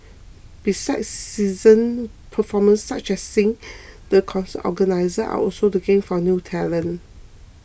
besides seasoned performers such as Sin the concert organisers are also looking for new talent